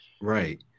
Right